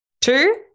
Two